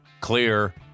clear